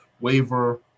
waiver